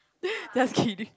just kidding